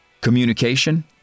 Communication